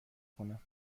کنم